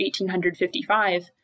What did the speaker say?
1855